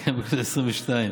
וכן בכנסת העשרים-ושתיים